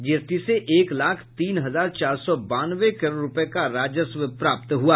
GST से एक लाख तीन हजार चार सौ बानवे करोड़ रूपये का राजस्व प्राप्त हुआ